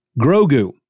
Grogu